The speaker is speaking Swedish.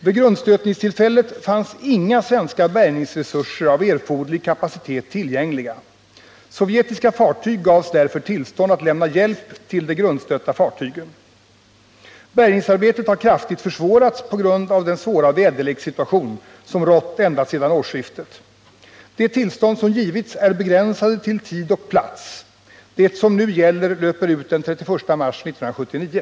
Vid grundstötningstillfället fanns inga svenska bärgningsresurser av erforderlig kapacitet tillgängliga. Sovjetiska fartyg gavs därför tillstånd att lämna hjälp till de grundstötta fartygen. Bärgningsarbetet har kraftigt försvårats på grund av den svåra väderlekssituation som rått ända sedan årsskiftet. De tillstånd som givits är begränsade till tid och plats. Det som nu gäller löper ut den 31 mars 1979.